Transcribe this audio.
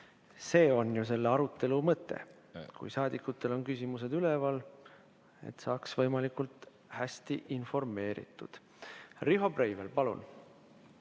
See on ju selle arutelu mõte, et kui saadikutel on küsimused üleval, siis saaksid nad võimalikult hästi informeeritud. Riho Breivel, palun!